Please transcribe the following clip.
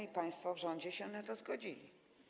I państwo w rządzie się na to zgodzili.